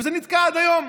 וזה נתקע עד היום.